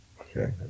Okay